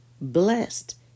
blessed